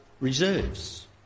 reserves